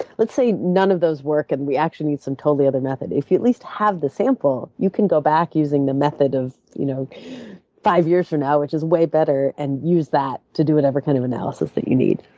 let's say none of those work and we actually need some totally other method. if you at least have the sample, you can go back using the method of you know five years from now which is way better, and use that to do whatever kind of analysis that you need.